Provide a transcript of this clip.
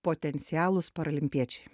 potencialūs paralimpiečiai